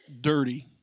dirty